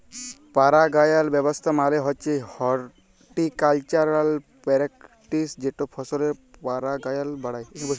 পারাগায়ল ব্যাবস্থা মালে হছে হরটিকালচারাল প্যারেকটিস যেট ফসলের পারাগায়ল বাড়ায়